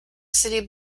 city